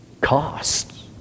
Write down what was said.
Costs